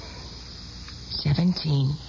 Seventeen